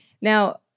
Now